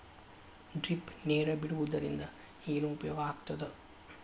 Drip ನೇರ್ ಬಿಡುವುದರಿಂದ ಏನು ಉಪಯೋಗ ಆಗ್ತದ?